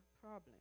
problem